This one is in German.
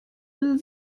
will